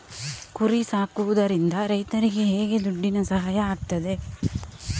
ಕುರಿ ಸಾಕುವುದರಿಂದ ರೈತರಿಗೆ ಹೇಗೆ ದುಡ್ಡಿನ ಸಹಾಯ ಆಗ್ತದೆ?